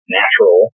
natural